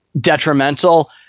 detrimental